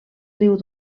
riu